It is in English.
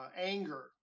anger